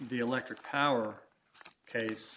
the electric power case